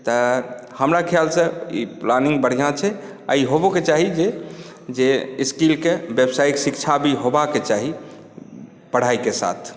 तऽ हमरा खयालसँ ई प्लानिंग बढ़िऑं छै आ ई होबोके चाही जे जे स्किलकेँ व्यावसायिक शिक्षा भी होबाके चाही पढ़ाइके साथ